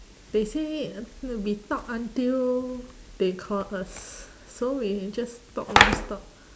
they say will be talk until they call us so we can just talk nonstop